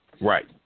Right